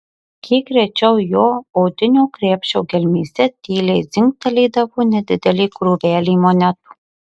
kiek rečiau jo odinio krepšio gelmėse tyliai dzingtelėdavo nedidelė krūvelė monetų